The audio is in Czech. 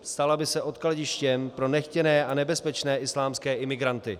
Stala by se odkladištěm pro nechtěné a nebezpečné islámské imigranty.